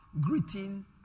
greeting